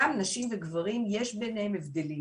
אז כך גם נשים וגברים, יש ביניהם הבדלים